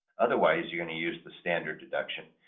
otherwise, you're going to use the standard deduction,